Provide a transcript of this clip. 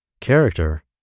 character